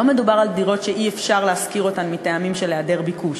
לא מדובר על דירות שאי-אפשר להשכיר אותן מטעמים של היעדר ביקוש,